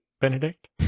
Benedict